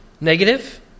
negative